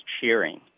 cheering